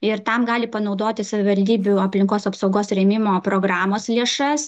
ir tam gali panaudoti savivaldybių aplinkos apsaugos rėmimo programos lėšas